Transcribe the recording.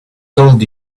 told